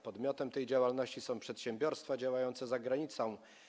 Podmiotem tej działalności są przedsiębiorstwa działające za granicą.